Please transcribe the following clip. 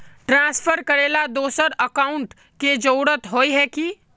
Transfer करेला दोसर account की जरुरत होय है की?